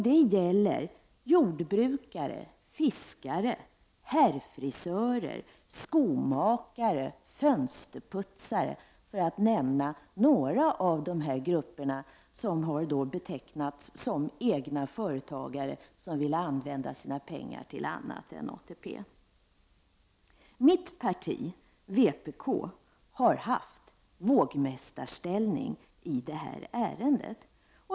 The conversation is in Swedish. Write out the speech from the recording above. Det gäller jordbrukare, fiskare, herrfrisörer, skomakare, fönsterputsare, för att nämna några av de grupper som har betecknats som egna företagare som ville använda sina pengar till annat än ATP. Mitt parti, vpk, har haft vågmästarställning i detta ärende.